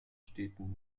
städten